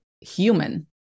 human